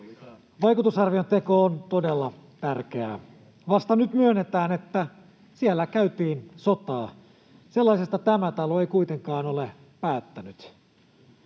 vaikutusarvion teko on todella tärkeää. Vasta nyt myönnetään, että siellä käytiin sotaa. Sellaisesta tämä talo ei kuitenkaan ole päättänyt.